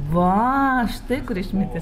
va štai kur išmintis